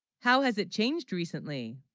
how has it changed recently